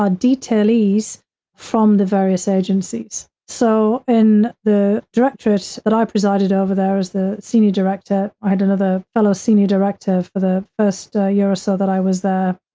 ah detailees from the various agencies. so, in the directorate that i presided over there, as the senior director, i had another fellow senior director for the first year or so that i was there,